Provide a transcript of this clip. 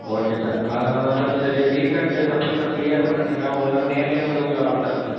okay sir அதனால் தான் sir சரி வீக் எண்டு சப்போஸ் நான் ஃப்ரீயாக இருப்பேன்னு நினைக்கிறேன் நேரிலே வந்து உங்களை பார்த்தட்றேன் சார்